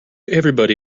everybody